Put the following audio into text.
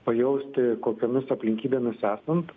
pajausti kokiomis aplinkybėmis esant